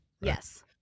Yes